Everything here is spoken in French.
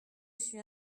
suis